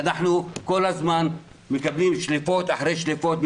אנחנו כל הזמן מקבלים שליפות אחרי שליפות,